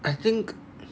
I think